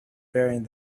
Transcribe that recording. bearing